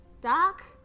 Doc